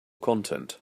content